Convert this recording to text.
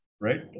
right